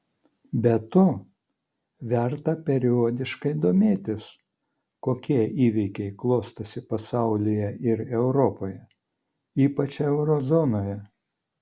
be to verta periodiškai domėtis kokie įvykiai klostosi pasaulyje ir europoje ypač euro zonoje